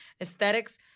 aesthetics